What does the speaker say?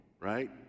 right